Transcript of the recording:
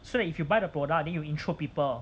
so that if you buy the product then you intro people